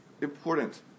important